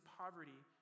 poverty